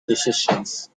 decisions